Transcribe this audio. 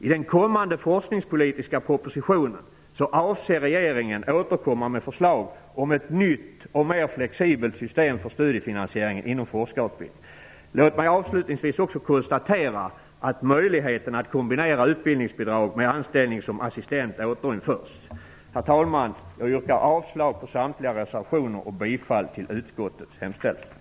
I den kommande forskningspolitiska propositionen avser regeringen att återkomma med förslag om ett nytt och mer flexibelt system för studiefinansieringen inom forskarutbildningen. Låt mig avslutningsvis också konstatera att möjligheten att kombinera utbildningsbidrag med anställning som assistent återinförs. Herr talman! Jag yrkar avslag på samtliga reservationer och bifall till utskottets hemställan.